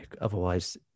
otherwise